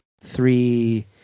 three